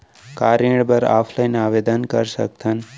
का ऋण बर ऑफलाइन आवेदन कर सकथन?